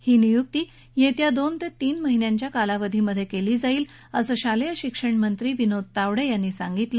ही नियुक्ती आगामी दोन ते तीन महिन्यांच्या कालावधीमध्ये केली जाईल असं शालेय शिक्षणमंत्री विनोद तावडे यांनी सांगितलं